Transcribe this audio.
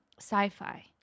sci-fi